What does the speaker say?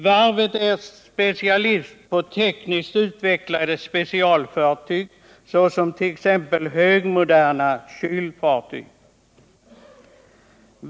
Varvet är specialist på tekniskt utvecklade specialfartyg, t.ex. högmoderna kylfartyg.